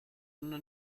una